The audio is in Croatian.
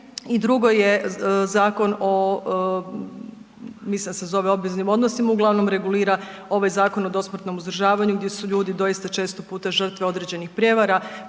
da se zove o obveznim odnosima, uglavnom regulira ovaj Zakon o dosmrtnom uzdržavanju gdje su ljudi doista često puta žrtve određenih prijevara.